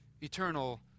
eternal